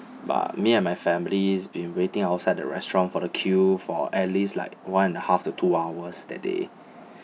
but me and my family's been waiting outside the restaurant for the queue for at least like one and a half to two hours that day